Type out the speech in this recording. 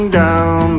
down